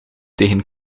tegen